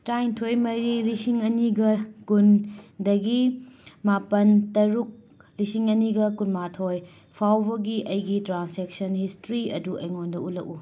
ꯇꯔꯥꯅꯤꯊꯣꯏ ꯃꯔꯤ ꯂꯤꯁꯤꯡ ꯑꯅꯤꯒ ꯀꯨꯟꯗꯒꯤ ꯃꯥꯄꯜ ꯇꯥꯔꯨꯛ ꯂꯤꯁꯤꯡ ꯑꯅꯤꯒ ꯀꯨꯟꯃꯊꯣꯏ ꯐꯥꯎꯕꯒꯤ ꯑꯩꯒꯤ ꯇ꯭ꯔꯥꯟꯁꯦꯛꯁꯟ ꯍꯤꯁꯇ꯭ꯔꯤ ꯑꯗꯨ ꯑꯩꯉꯣꯟꯗ ꯎꯠꯂꯛꯎ